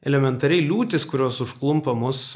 elementariai liūtys kurios užklumpa mus